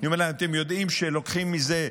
אני אומר להם: אתם יודעים שלוקחים מזה מס?